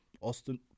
Austin